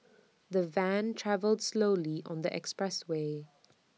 the van travelled slowly on the expressway